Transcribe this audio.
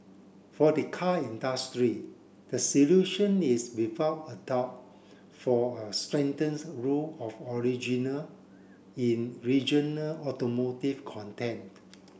for the car industry the solution is without a doubt for a strengthened rule of original in regional automotive content